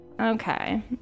Okay